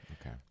okay